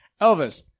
Elvis